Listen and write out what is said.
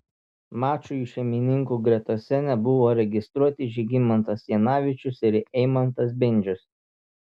mačui šeimininkų gretose nebuvo registruoti žygimantas janavičius ir eimantas bendžius